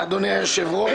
אדוני היושב-ראש,